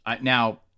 Now